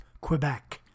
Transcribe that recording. Quebec